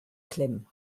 klemm